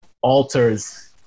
alters